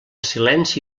silenci